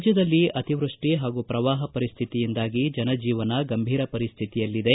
ರಾಜ್ಯದಲ್ಲಿ ಅತಿವೃಷ್ಠಿ ಹಾಗೂ ಪ್ರವಾಹ ಪರಿಸ್ತಿತಿಯಿಂದಾಗಿ ಜನರ ಜೀವನ ಗಂಭೀರ ಪರಿಸ್ತಿತಿಯಲ್ಲಿದೆ